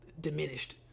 diminished